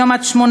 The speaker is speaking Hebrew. היום עד 18,